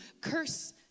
curse